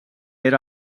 era